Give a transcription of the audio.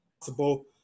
possible